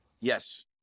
Yes